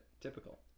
typical